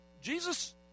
Jesus